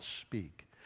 speak